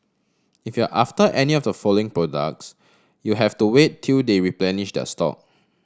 if you're after any of the following products you'll have to wait till they replenish their stock